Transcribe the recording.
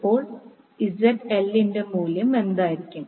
അപ്പോൾ ZL ന്റെ മൂല്യം എന്തായിരിക്കും